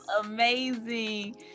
amazing